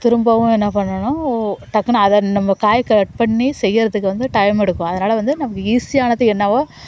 திரும்பவும் என்ன பண்ணனும் டக்குனு அதை நம்ம காய் கட் பண்ணி செய்கிறத்துக்கு வந்து டைம் எடுக்கும் அதனால் வந்து நமக்கு ஈஸியானது என்னவோ